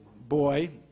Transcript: boy